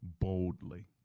boldly